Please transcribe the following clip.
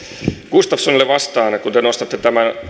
gustafssonille vastaan kun te nostatte tämän